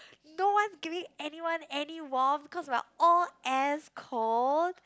no one giving anyone any warm because we are all as cold